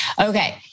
Okay